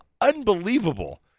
unbelievable